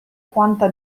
quanta